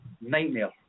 Nightmare